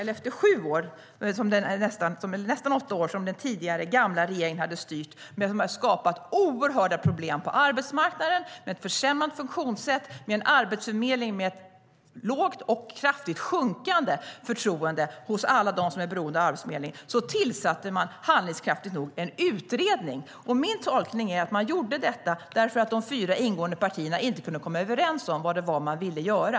Efter att den tidigare regeringen hade styrt i nästan åtta år och skapat oerhörda problem på arbetsmarknaden, med ett försämrat funktionssätt och en arbetsförmedling med ett lågt och kraftigt sjunkande förtroende hos alla dem som är beroende av Arbetsförmedlingen, tillsatte man handlingskraftigt nog en utredning. Min tolkning är att man gjorde detta därför att de fyra ingående partierna inte kunde komma överens om vad man ville göra.